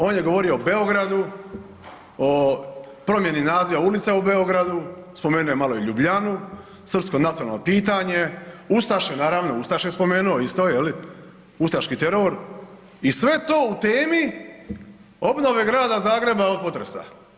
On je govorio o Beogradu, o promjeni naziva ulica u Beogradu, spomenuo je malo i Ljubljanu, srpsko nacionalno pitanje, ustaše, naravno ustaše je spomenu isto, ustaški teror i sve to u temi obnove Grada Zagreba od potresa.